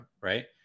right